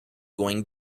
going